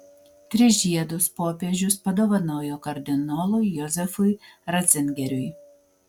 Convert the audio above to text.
tris žiedus popiežius padovanojo kardinolui jozefui ratzingeriui